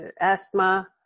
asthma